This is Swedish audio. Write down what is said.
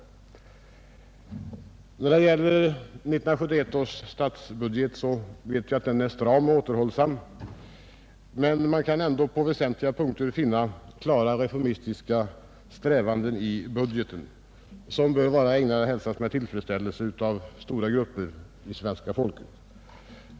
Statsbudgeten 1971 är stram och återhållsam, men man kan ändå på väsentliga punkter i budgeten finna klara reformistiska strävanden som bör hälsas med tillfredsställelse av stora grupper av svenska folket.